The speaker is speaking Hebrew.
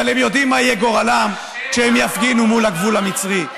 אבל הם יודעים מה יהיה גורלם כשהם יפגינו מול הגבול המצרי.